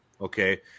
Okay